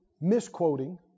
Misquoting